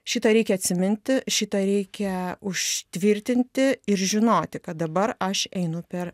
šitą reikia atsiminti šitą reikia užtvirtinti ir žinoti kad dabar aš einu per